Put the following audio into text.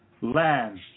land